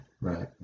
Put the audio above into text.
Right